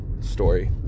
story